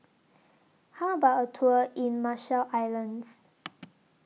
How about A Tour in Marshall Islands